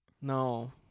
No